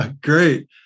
Great